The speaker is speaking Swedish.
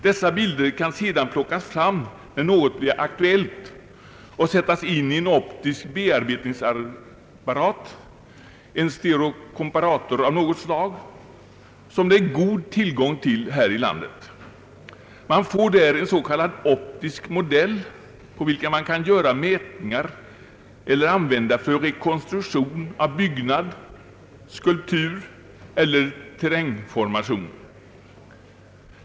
Dessa bilder kan sedan plockas fram när något blir aktuellt och sättas in i en optisk bearbetningsapparat, en stereokomparator av något slag, som det är god tillgång till här i landet. Man får där en s.k. optisk modell, på vilken det kan göras mätningar eller som kan användas för rekonstruktion av byggnad, skulptur eller terrängformation.